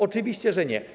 Oczywiście, że nie.